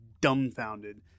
dumbfounded